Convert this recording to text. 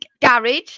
garage